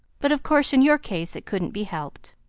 but, of course, in your case it couldn't be helped.